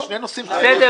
שני נושאים שונים.